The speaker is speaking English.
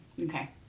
Okay